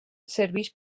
serveix